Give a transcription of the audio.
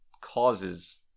causes